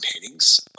paintings